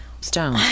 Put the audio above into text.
stone